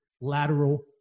lateral